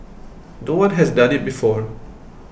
no one has done it before